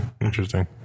Interesting